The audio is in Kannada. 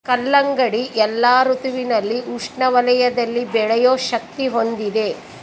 ಕಲ್ಲಂಗಡಿ ಎಲ್ಲಾ ಋತುವಿನಲ್ಲಿ ಉಷ್ಣ ವಲಯದಲ್ಲಿ ಬೆಳೆಯೋ ಶಕ್ತಿ ಹೊಂದಿದೆ